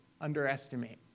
underestimate